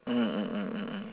mm mm mm mm mm